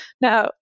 Now